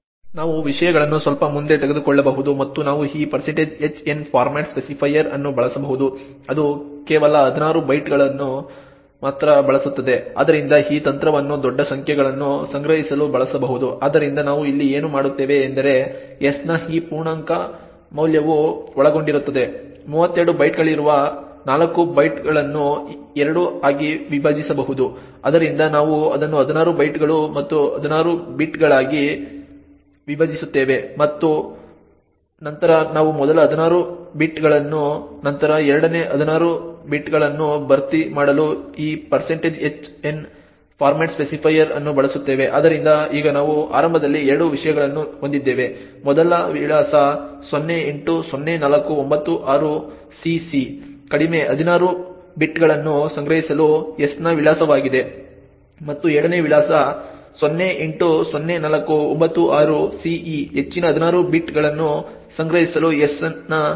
ನಾವು ವಿಷಯಗಳನ್ನು ಸ್ವಲ್ಪ ಮುಂದೆ ತೆಗೆದುಕೊಳ್ಳಬಹುದು ಮತ್ತು ನಾವು ಈ hn ಫಾರ್ಮ್ಯಾಟ್ ಸ್ಪೆಸಿಫೈಯರ್ ಅನ್ನು ಬಳಸಬಹುದು ಅದು ಕೇವಲ 16 ಬಿಟ್ಗಳನ್ನು ಮಾತ್ರ ಬಳಸುತ್ತದೆ ಆದ್ದರಿಂದ ಈ ತಂತ್ರವನ್ನು ದೊಡ್ಡ ಸಂಖ್ಯೆಗಳನ್ನು ಸಂಗ್ರಹಿಸಲು ಬಳಸಬಹುದು ಆದ್ದರಿಂದ ನಾವು ಇಲ್ಲಿ ಏನು ಮಾಡುತ್ತೇವೆ ಎಂದರೆ s ನ ಈ ಪೂರ್ಣಾಂಕ ಮೌಲ್ಯವು ಒಳಗೊಂಡಿರುತ್ತದೆ 32 ಬಿಟ್ಗಳಿರುವ 4 ಬೈಟ್ಗಳನ್ನು 2 ಆಗಿ ವಿಭಜಿಸಬಹುದು ಆದ್ದರಿಂದ ನಾವು ಅದನ್ನು 16 ಬಿಟ್ಗಳು ಮತ್ತು 16 ಬಿಟ್ಗಳಾಗಿ ವಿಭಜಿಸುತ್ತೇವೆ ಮತ್ತು ನಂತರ ನಾವು ಮೊದಲ 16 ಬಿಟ್ಗಳನ್ನು ನಂತರ ಎರಡನೇ 16 ಬಿಟ್ಗಳನ್ನು ಭರ್ತಿ ಮಾಡಲು ಈ hn ಫಾರ್ಮ್ಯಾಟ್ ಸ್ಪೆಸಿಫೈಯರ್ ಅನ್ನು ಬಳಸುತ್ತೇವೆ ಆದ್ದರಿಂದ ಈಗ ನಾವು ಆರಂಭದಲ್ಲಿ 2 ವಿಳಾಸಗಳನ್ನು ಹೊಂದಿದ್ದೇವೆ ಮೊದಲ ವಿಳಾಸ 080496CC ಕಡಿಮೆ 16 ಬಿಟ್ಗಳನ್ನು ಸಂಗ್ರಹಿಸಲು s ನ ವಿಳಾಸವಾಗಿದೆ ಮತ್ತು ಎರಡನೇ ವಿಳಾಸ 080496CE ಹೆಚ್ಚಿನ 16 ಬಿಟ್ಗಳನ್ನು ಸಂಗ್ರಹಿಸಲು s ನ ವಿಳಾಸವಾಗಿದೆ